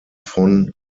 von